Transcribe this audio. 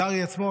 הגרי עצמו,